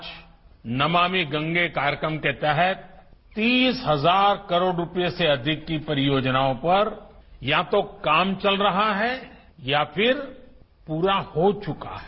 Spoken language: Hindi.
आज नमामि गंगे कार्यक्रम के तहत तीस हजार करोड़ रुपये से अधिक की परियोजनाओं पर या तो काम चल रहा है या फिर पूरा हो चुका है